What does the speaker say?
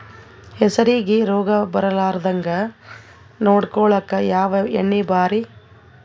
ಹೆಸರಿಗಿ ರೋಗ ಬರಲಾರದಂಗ ನೊಡಕೊಳುಕ ಯಾವ ಎಣ್ಣಿ ಭಾರಿ?